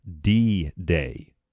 D-Day